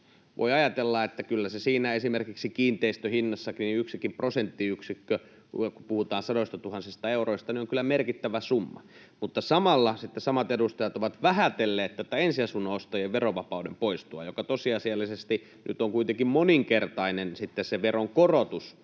Voi ajatella, että kyllä esimerkiksi kiinteistön hinnassa yksikin prosenttiyksikkö, kun puhutaan sadoistatuhansista euroista, on merkittävä summa. Mutta samalla samat edustajat ovat vähätelleet ensiasunnon ostajien verovapauden poistoa. Tosiasiallisesti se veronkorotus nyt on kuitenkin moninkertainen suhteessa